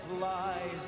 lies